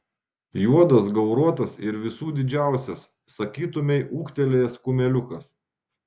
juodas gauruotas ir visų didžiausias sakytumei ūgtelėjęs kumeliukas